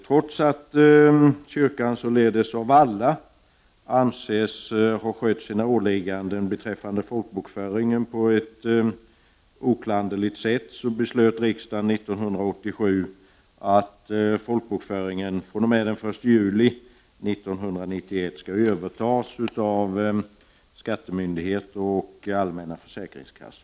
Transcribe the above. Trots att kyrkan således av alla anses ha skött sina åligganden beträffande folkbokföringen på ett oklanderligt sätt, beslöt riksdagen 1987 att folkbokföringen fr.o.m. den 1 juli 1991 skall övertas av skattemyndighet och allmänna försäkringskass-r.